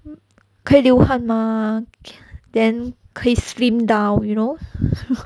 可以流汗 mah then 可以 slim down you know